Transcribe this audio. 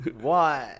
one